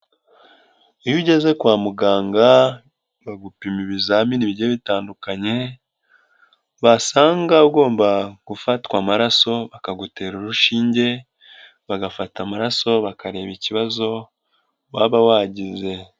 Iyo ugeze kwa muganga bagupima ibizamini bigiye bitandukanye, basanga ugomba gufatwa amaraso bakagutera urushinge, bagafata amaraso, bakareba ikibazo waba wagize.